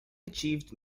achieved